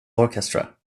orchestra